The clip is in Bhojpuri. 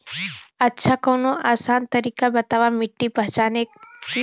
अच्छा कवनो आसान तरीका बतावा मिट्टी पहचाने की?